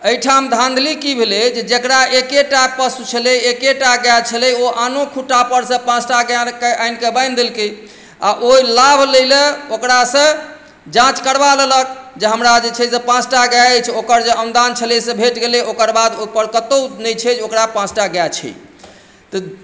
एहिठाम धांधली की भेलै जे हमरा एकेटा पशु छलै एकेटा गाय छलै ओ आनो खुटा परसँ पांँचटा गाय कऽ आनि कऽ बान्हि देलकै आ ओहि लाभ लै लऽ ओकरासँ जाँच करबा लेलक जे हमरा जे छै से पाँचटा गाय अछि ओकर जे अनुदान छलै से भेट गेलै ओकर बाद ओहि पर कतहुँ नहि छै जे ओकरा पाँचटा गाय छै तऽ